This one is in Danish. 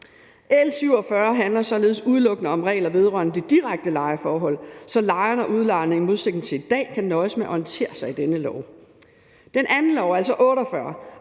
L 47 handler således udelukkende om regler vedrørende det direkte lejeforhold, så lejerne og udlejerne i modsætning til i dag kan nøjes med at orientere sig i denne lov. Det andet lovforslag,